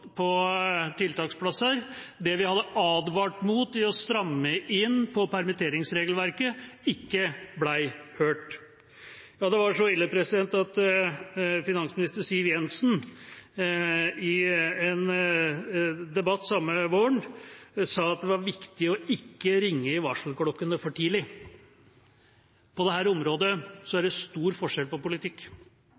på tiltaksplasser, det vi hadde advart mot når det gjaldt å stramme inn på permitteringsregelverket, ikke ble hørt. Ja, det var så ille at finansminister Siv Jensen i en debatt samme vår sa at det var viktig ikke å ringe i varselklokkene for tidlig. På dette området er det stor forskjell på politikk.